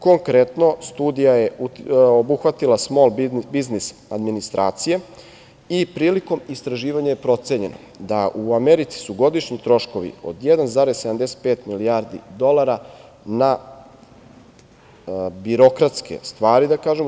Konkretno, studija je obuhvatila smol biznis administracije i prilikom istraživanja je procenjeno da u Americi su godišnji troškovi od 1,75 milijardi dolara na birokratske stvari, da kažemo.